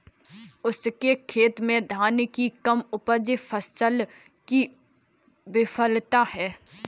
उसके खेत में धान की कम उपज फसल की विफलता है